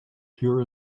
pure